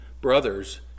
brothers